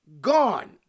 gone